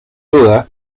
duda